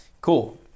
Cool